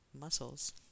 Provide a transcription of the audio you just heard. muscles